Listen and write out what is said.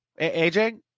AJ